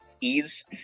ease